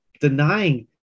denying